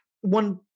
one